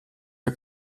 wir